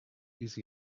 much